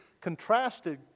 contrasted